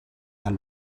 and